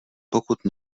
pokud